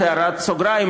זאת הייתה רק הערת סוגריים.